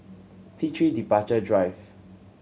T Three Departure Drive